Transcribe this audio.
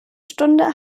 stunde